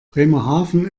bremerhaven